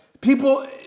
people